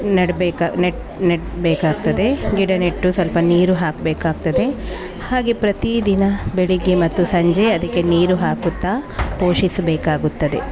ನೆಡ್ಬೇಕ ನೆಟ್ಟು ನೆಡಬೇಕಾಗ್ತದೆ ಗಿಡ ನೆಟ್ಟು ಸ್ವಲ್ಪ ನೀರು ಹಾಕಬೇಕಾಗ್ತದೆ ಹಾಗೇ ಪ್ರತಿ ದಿನ ಬೆಳಿಗ್ಗೆ ಮತ್ತು ಸಂಜೆ ಅದಕ್ಕೆ ನೀರು ಹಾಕುತ್ತಾ ಪೋಷಿಸಬೇಕಾಗುತ್ತದೆ